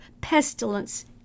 pestilence